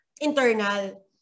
internal